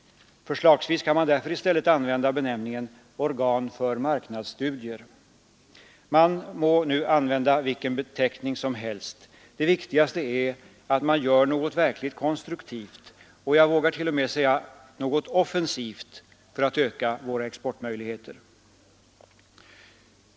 Förslagsvis kan man därför i stället använda benämningen ”organ för marknadsstudier”. Men man må använda vilken benämning som helst, det viktigaste är att man gör något verkligt konstruktivt — jag vågar t.o.m. säga offensivt — för att öka våra exportmöjligheter.